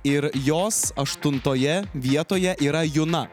ir jos aštuntoje vietoje yra juna